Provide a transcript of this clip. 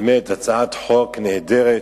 באמת הצעת חוק נהדרת,